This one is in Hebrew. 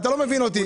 אתה לא מבין אותי.